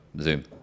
Zoom